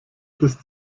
bis